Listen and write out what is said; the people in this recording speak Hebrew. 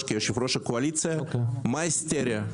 כיושב ראש הקואליציה והיא מה ההיסטריה?